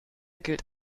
gilt